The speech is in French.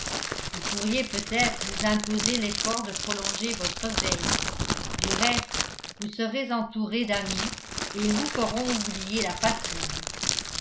vous pourriez peut-être vous imposer l'effort de prolonger votre veille du reste vous serez entourée d'amis et ils vous feront oublier la fatigue